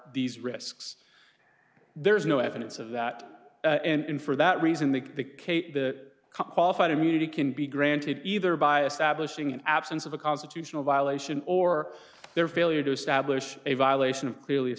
these risks there is no evidence of that and for that reason the cape the qualified immunity can be granted either by establishing an absence of a constitutional violation or their failure to establish a violation of clea